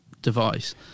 device